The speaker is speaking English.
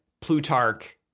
Plutarch